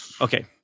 Okay